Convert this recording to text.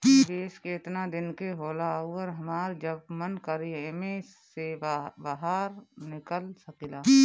निवेस केतना दिन के होला अउर हमार जब मन करि एमे से बहार निकल सकिला?